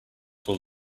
will